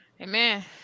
Amen